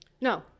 No